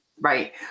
Right